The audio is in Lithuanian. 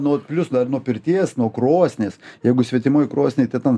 nuo plius dar nuo pirties nuo krosnies jeigu svetimoj krosny tai ten